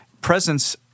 presence